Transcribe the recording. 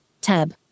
Tab